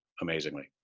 amazingly